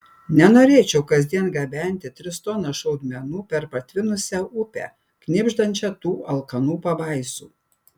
nenorėčiau kasdien gabenti tris tonas šaudmenų per patvinusią upę knibždančią tų alkanų pabaisų